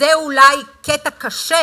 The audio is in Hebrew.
כאן בכנסת